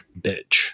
bitch